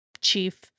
chief